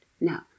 Now